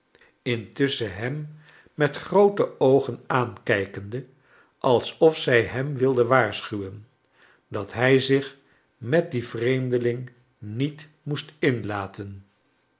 intusschen hem met groote oogen aankijkende alsof zij hem wilde waarschuwen dat hij zich met dien vreemdeling niet moest ininlaten